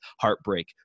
heartbreak